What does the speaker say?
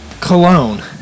cologne